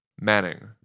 Manning